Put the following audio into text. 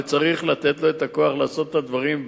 וצריך לתת לו את הכוח לעשות את הדברים.